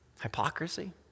Hypocrisy